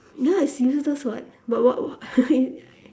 ya it's useless [what] what what